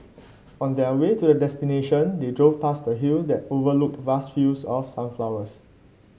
on their way to the destination they drove past a hill that overlooked vast fields of sunflowers